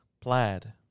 plaid